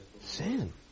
Sin